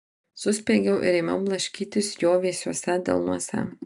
suspiegiau ir ėmiau blaškytis jo vėsiuose delnuose